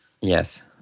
Yes